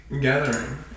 gathering